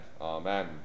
Amen